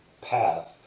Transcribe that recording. path